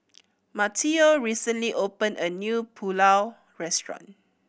Mateo recently opened a new Pulao Restaurant